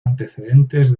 antecedentes